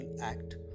act